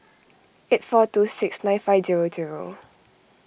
eight four two six nine five zero zero